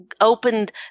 opened